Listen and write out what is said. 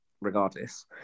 regardless